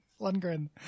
Lundgren